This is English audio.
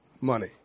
money